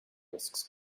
risks